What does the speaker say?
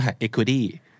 Equity